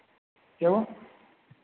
क्या हुआ